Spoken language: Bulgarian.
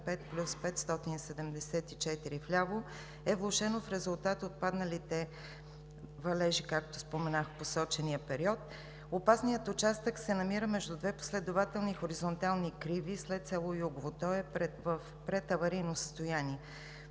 5+574 вляво е влошено в резултат от падналите проливни валежи от дъжд в посочения период. Опасният участък се намира между две последователни хоризонтални криви след село Югово. Той е в предаварийно състояние.